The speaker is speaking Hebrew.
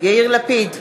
יאיר לפיד,